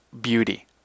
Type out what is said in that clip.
beauty